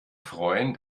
freuen